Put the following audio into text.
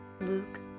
Luke